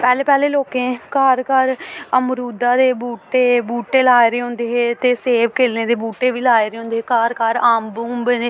पैह्लें पैह्लें लोकें घर घर अमरूदा दे बूह्टे बूह्टे लाए दे होंदे हे ते सेब केलें दे बूह्टे बी लाए दे होंदे हे घर घर अम्बें उम्बें दे